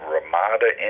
Ramada